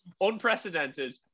unprecedented